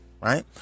right